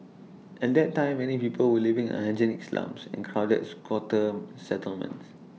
at that time many people were living in unhygienic slums and crowded squatter settlements